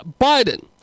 Biden